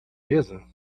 mesa